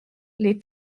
les